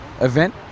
event